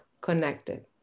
connected